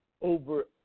over